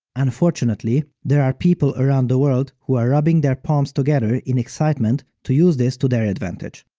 unfortunately, there are people around the world who are rubbing their palms together in excitement to use this to their advantage.